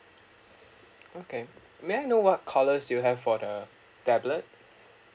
okay may I know what colours you have for the tablet